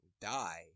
die